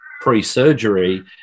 pre-surgery